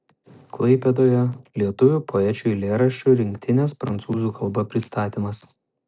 klaipėdoje lietuvių poečių eilėraščių rinktinės prancūzų kalba pristatymas